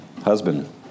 husband